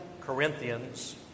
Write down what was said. Corinthians